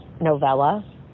novella